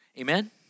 Amen